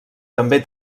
també